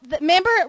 remember